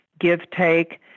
give-take